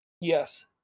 Yes